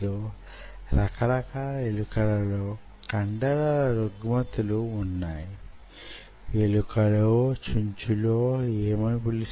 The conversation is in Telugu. ఇది మీ బేస్ లైన్ అయినట్లయితే నన్ను ఆ బేస్ లైన్ ను గుర్తించ నివ్వండి